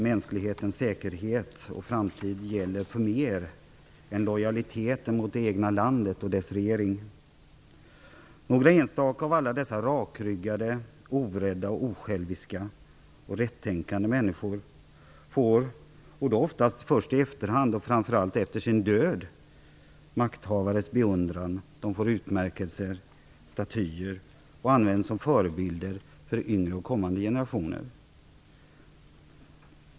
Mänsklighetens säkerhet gäller för mer än lojaliteten mot det egna landet och dess regering. Några enstaka av alla dessa rakryggade, orädda, osjälviska och rättänkande människor får - oftast först i efterhand och framför allt efter sin död - makthavares beundran. De får utmärkelser, det reses statyer över dem och de används som förebilder för yngre och kommande generationer.